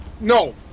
No